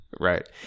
right